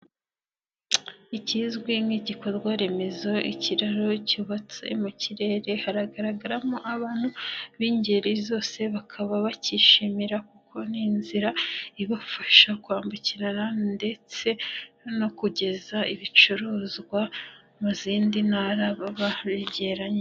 Ikizwi nk'igikorwaremezo ikiraro cyubatse mu kirere hagaragaramo abantu b'ingeri zose bakaba bacyishimira kuko ni inzira ibafasha kwambukirana ndetse no kugeza ibicuruzwa mu zindi ntara baba begeranye.